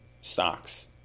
stocks